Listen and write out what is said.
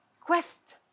quest